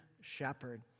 shepherd